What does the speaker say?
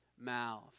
mouth